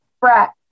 brat